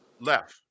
left